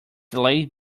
delayed